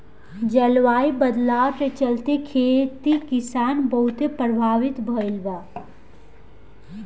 जलवायु बदलाव के चलते, खेती किसानी बहुते प्रभावित भईल बा